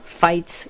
fights